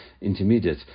intermediate